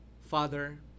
father